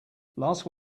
last